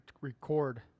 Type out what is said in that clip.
record